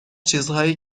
چیزهایی